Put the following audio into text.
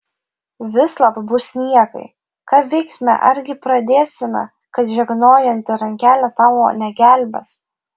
vislab bus niekai ką veiksime argi pradėsime kad žegnojanti rankelė tavo negelbės